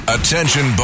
Attention